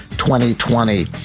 twenty twenty.